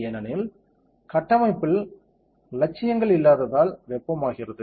ஏனெனில் கட்டமைப்பில் இலட்சியங்கள் இல்லாததால் வெப்பம் ஆகிறது